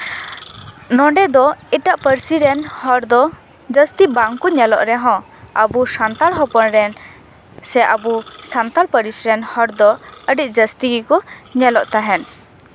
ᱱᱚᱰᱮ ᱫᱚ ᱮᱴᱟᱜ ᱯᱟᱹᱨᱥᱤ ᱨᱮᱱ ᱦᱚᱲ ᱫᱚ ᱡᱟᱹᱥᱛᱤ ᱵᱟᱝ ᱠᱚ ᱧᱮᱞᱚᱜ ᱨᱮᱦᱚᱸ ᱟᱵᱚ ᱥᱟᱱᱛᱟᱲ ᱦᱚᱯᱚᱱ ᱨᱮᱱ ᱥᱮ ᱟᱵᱚ ᱥᱟᱱᱛᱟᱲ ᱯᱟᱹᱨᱥᱤᱥ ᱨᱮᱱ ᱦᱚᱲ ᱫᱚ ᱟᱹᱰᱤ ᱡᱟᱹᱥᱛᱤ ᱜᱮᱠᱚ ᱧᱮᱞᱚᱜ ᱛᱟᱦᱮᱱ